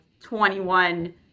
21